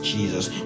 Jesus